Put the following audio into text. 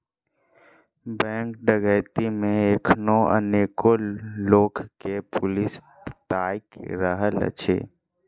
bank डकैती मे एखनो अनेको लोक के पुलिस ताइक रहल अछि